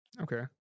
Okay